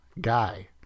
guy